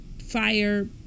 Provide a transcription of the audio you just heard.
fire